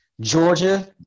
Georgia